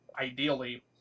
ideally